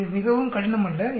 இது மிகவும் கடினம் அல்ல